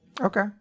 Okay